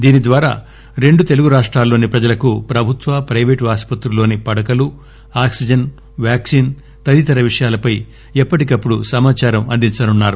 దీనిద్వారా రెండు తెలుగు రాష్టాల్లోని ప్రజలకు ప్రభుత్వ ప్లిపేటు ఆస్పత్రుల్లోని పడకలు ఆక్సిజన్ వ్యాక్సిన్ తదితర విషయాలపై ఎప్పటికప్పుడు సమాదారం అందించనున్నారు